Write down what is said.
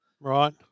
Right